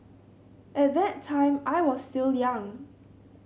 at that time I was still young